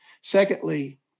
Secondly